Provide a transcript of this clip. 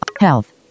health